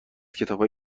کتابای